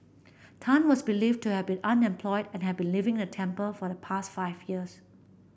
Tan was believed to have been unemployed and had been living in the temple for the past five years